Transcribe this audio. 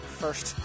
first